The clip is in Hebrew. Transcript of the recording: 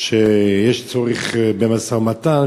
שיש צורך במשא-ומתן,